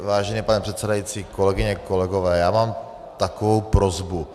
Vážený pane předsedající, kolegyně, kolegové, já mám takovou prosbu.